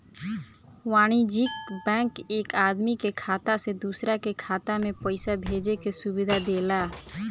वाणिज्यिक बैंक एक आदमी के खाता से दूसरा के खाता में पईसा भेजे के सुविधा देला